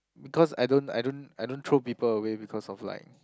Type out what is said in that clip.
because I don't I don't I don't throw people away because of like